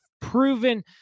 proven